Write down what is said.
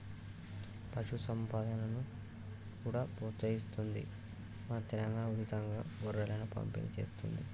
పశు సంపదను కూడా ప్రోత్సహిస్తుంది మన తెలంగాణా, ఉచితంగా గొర్రెలను పంపిణి చేస్తుంది